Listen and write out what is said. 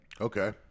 Okay